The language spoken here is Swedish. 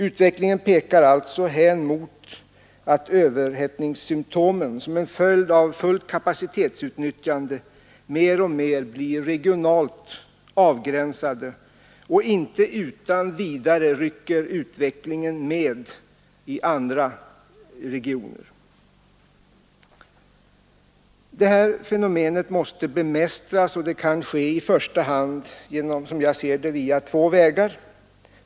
Utvecklingen pekar alltså hän mot att överhettningssymtomen, som en följd av fullt kapacitetsutnyttjande, mer och mer blir regionalt avgränsade och inte utan vidare rycker med sig andra regioner i utvecklingen. s, och det kan i första hand ske på två Detta fenomen måste bemästri vägar.